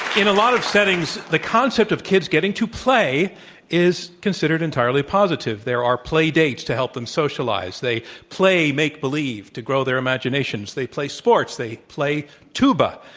in a lot of settings, the concept of kids getting to play is considered entirely positive. there are play dates to help them socialize. they play make believe to grow their imaginations. they play sports. they play tuba.